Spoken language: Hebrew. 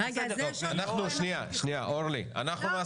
לכן הדיון פה כל כך חשוב ולא סתם אמרתי שאני מברכת עליו.